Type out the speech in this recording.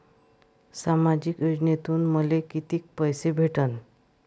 सामाजिक योजनेतून मले कितीक पैसे भेटन?